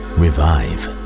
revive